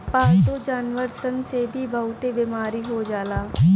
पालतू जानवर सन से भी बहुते बेमारी हो जाला